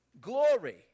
glory